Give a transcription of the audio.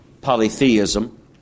polytheism